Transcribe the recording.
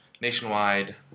nationwide